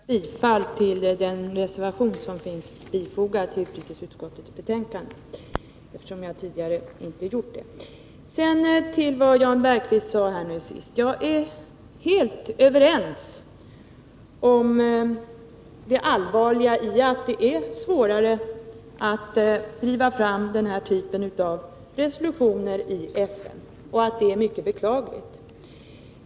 Herr talman! Först vill jag yrka bifall till den reservation som finns fogad till utrikesutskottets betänkande 2, eftersom jag tidigare inte har gjort det. Jag vill ta upp det som Jan Bergqvist sade nyss. Jag är helt överens med honom om det allvarliga i att det är svårare att driva fram den här typen av resolutioner i FN och att det är mycket beklagligt.